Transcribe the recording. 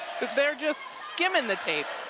they're just skimming the tape.